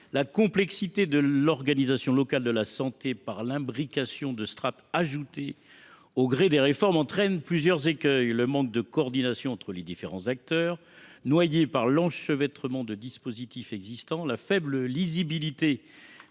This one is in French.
La complexité de l’organisation locale de la santé par l’imbrication de strates ajoutées au gré des réformes entraîne plusieurs écueils : le manque de coordination entre les différents acteurs, noyés par l’enchevêtrement de dispositifs existants, la faible lisibilité